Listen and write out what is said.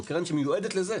זו קרן שמיועדת לזה.